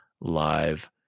live